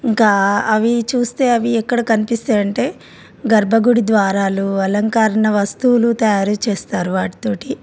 ఇంకా అవి చూస్తే అవి ఎక్కడ కనిపిస్తాయంటే గర్భ గుడి ద్వారాలు అలంకణ వస్తువులు తయారు చేస్తారు వాటితోటి